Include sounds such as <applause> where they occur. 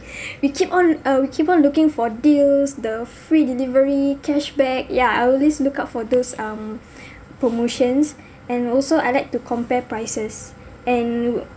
<breath> we keep on uh we keep on looking for deals the free delivery cashback ya I always look out for those um <breath> promotions and also I like to compare prices and